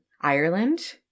ireland